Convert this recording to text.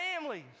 families